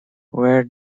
where